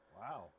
Wow